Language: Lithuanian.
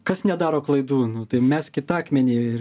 kas nedaro klaidų nu tai meskit akmenį ir